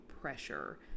pressure